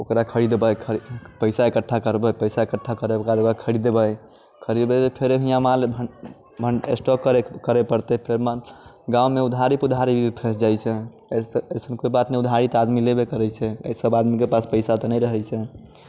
ओकरा खरीदबे खरीदके पैसा इकट्ठा करबै पैसा इकट्ठा करेके बाद ओकरा खरीदबै खरीदबै तऽ फेर यहाँ माल मने स्टॉक करेके करे पड़तै फेर गाँवमे उधारी पुधारी भी फँसि जाइत छै अ इसन तऽ कोइ बात नहि उधारी तऽ आदमी लेबे करैत छै सब आदमीके पास पैसा तऽ नहि रहैत छै